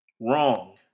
Wrong